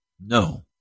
No